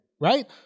Right